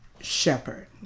shepherd